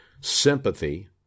sympathy